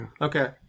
Okay